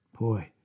Boy